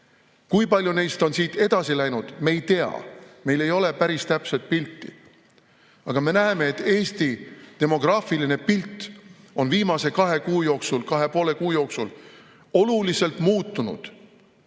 Kui paljud neist on siit edasi läinud, me ei tea, meil ei ole päris täpset pilti. Aga me näeme, et Eesti demograafiline pilt on viimase kahe ja poole kuu jooksul oluliselt muutunud